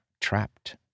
trapped